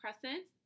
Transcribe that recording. crescent